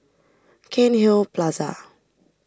Cairnhill Plaza